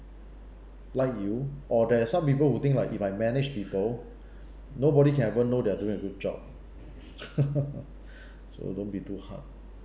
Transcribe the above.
like you or there are some people who think like if I manage people nobody can ever know they are doing a good job so don't be too hard